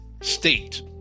state